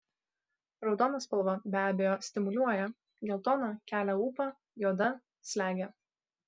raudona spalva be abejo stimuliuoja geltona kelia ūpą juoda slegia